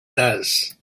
does